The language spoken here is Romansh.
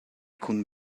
cun